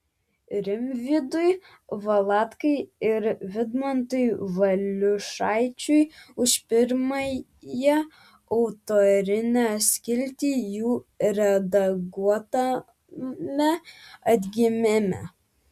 rimvydui valatkai ir vidmantui valiušaičiui už pirmąją autorinę skiltį jų redaguotame atgimime